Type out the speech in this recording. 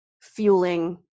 fueling